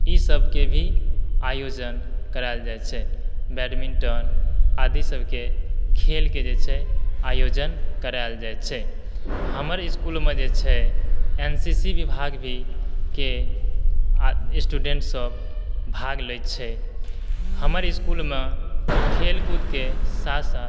ई सभके भी आयोजन करायल जाइ छै बैडमिंटन आदि सभके खेलके जे छै आयोजन करायल जाइत छै हमर इस्कूलमे जे छै एन सी सी विभाग भी के स्टूडेन्टसभ भाग लैत छै हमर स्कूलमे खेलकूदके साथ साथ